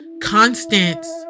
Constance